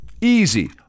easy